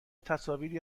تصاویری